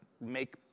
make